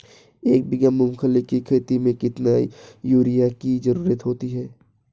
एक बीघा मूंगफली की खेती में कितनी यूरिया की ज़रुरत होती है?